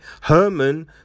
Herman